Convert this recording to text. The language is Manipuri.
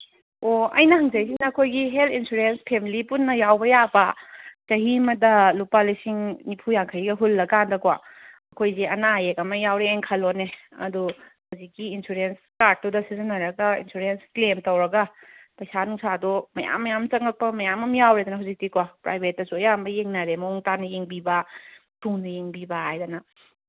ꯑꯣ ꯑꯩꯅ ꯍꯪꯖꯩꯁꯤꯅ ꯑꯩꯈꯣꯏꯒꯤ ꯍꯦꯜꯠ ꯏꯟꯁꯨꯔꯦꯟꯁ ꯐꯦꯃꯤꯂꯤ ꯄꯨꯟꯅ ꯌꯥꯎꯕ ꯌꯥꯕ ꯆꯍꯤ ꯑꯃꯗ ꯂꯨꯄꯥ ꯂꯤꯁꯤꯡ ꯅꯤꯐꯨ ꯌꯥꯡꯈꯩꯒ ꯍꯨꯜꯂꯀꯥꯟꯗꯀꯣ ꯑꯩꯈꯣꯏꯒꯤ ꯑꯅꯥ ꯑꯌꯦꯛ ꯑꯃ ꯌꯥꯎꯔꯛꯑꯦꯅ ꯈꯜꯂꯣꯅꯦ ꯑꯗꯨ ꯍꯧꯖꯤꯛꯀꯤ ꯏꯟꯁꯨꯔꯦꯟꯁ ꯀꯥꯔꯠꯇꯨꯗ ꯁꯤꯖꯤꯟꯅꯔꯒ ꯏꯟꯁꯨꯔꯦꯟꯁ ꯀ꯭ꯂꯦꯝ ꯇꯧꯔꯒ ꯄꯩꯁꯥ ꯅꯨꯡꯁꯥꯗꯣ ꯃꯌꯥꯝ ꯃꯌꯥꯝ ꯆꯪꯉꯛꯄ ꯃꯌꯥꯝ ꯑꯃ ꯌꯥꯎꯔꯦꯗꯅ ꯍꯧꯖꯤꯛꯇꯤꯀꯣ ꯄ꯭ꯔꯥꯏꯚꯦꯠꯁꯨ ꯑꯌꯥꯝꯕ ꯌꯦꯡꯅꯔꯦ ꯃꯑꯣꯡ ꯇꯥꯅ ꯌꯦꯡꯕꯤꯕ ꯊꯨꯅ ꯌꯦꯡꯕꯤꯕ ꯍꯥꯏꯗꯅ